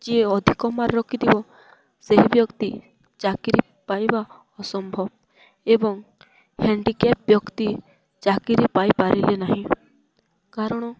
ଯିଏ ଅଧିକ ମାର୍କ୍ ରଖିଥିବ ସେହି ବ୍ୟକ୍ତି ଚାକିରି ପାଇବା ଅସମ୍ଭବ ଏବଂ ହାଣ୍ଡିକ୍ୟାପ୍ ବ୍ୟକ୍ତି ଚାକିରି ପାଇପାରିଲେ ନାହିଁ କାରଣ